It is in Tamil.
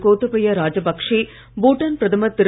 கோத்தபய்ய ராஜபக்சே பூட்டான் பிரதமர் திரு